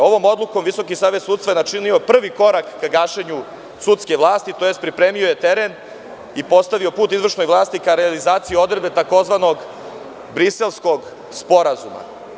Ovom odlukom VSS je načinio prvi korak ka gašenju sudske vlasti, odnosno pripremio je teren i postavio put izvršnoj vlasti ka realizaciji odredbe tzv. Briselskog sporazuma.